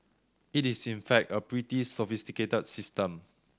it is in fact a pretty sophisticated system